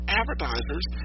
advertisers